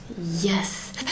Yes